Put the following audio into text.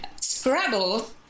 Scrabble